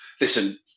Listen